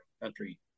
country